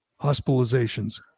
hospitalizations